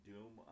Doom